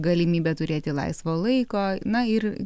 galimybė turėti laisvo laiko na ir